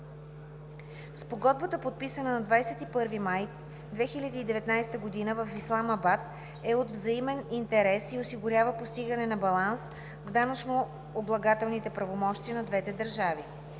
Спогодбата, подписана на 21 май 2019 г. в Исламабад, е от взаимен интерес и осигурява постигане на баланс в данъчно облагателните правомощия на двете държави.